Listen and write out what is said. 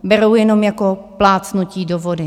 Berou jenom jako plácnutí do vody.